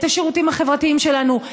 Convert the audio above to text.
את השירותים החברתיים שלנו,